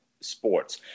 sports